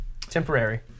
Temporary